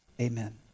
Amen